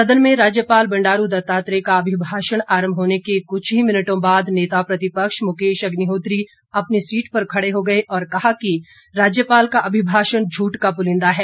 सदन में राज्यपाल बंडारू दत्तात्रेय का अभिभाषण आरंभ होने के कुछ ही मिनटों बाद नेता प्रतिपक्ष मुकेश अग्निहोत्री अपनी सीट पर खड़े हो गए और कहा कि राज्यपाल का अभिभाषण झठ का पुलिंदा है